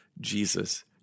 Jesus